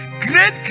Great